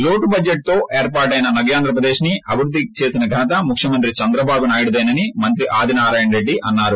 లోటు బడ్జెట్తో ఏర్పాటైన నవ్యాంద్రప్రదేశ్ ని అభివృద్ది చేసిన ఘనత ముఖ్యమంత్రి చంద్రబాబు నాయుడుదేనని మంత్రి ఆదినారాయణ రెడ్డి అన్నారు